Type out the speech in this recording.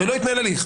הרי לא התנהל הליך.